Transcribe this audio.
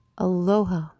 Aloha